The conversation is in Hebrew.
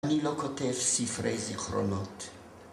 אני לא כותב ספרי זיכרונות.